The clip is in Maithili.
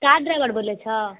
कार ड्राइवर बोलै छऽ